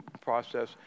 process